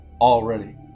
already